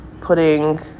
putting